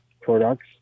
products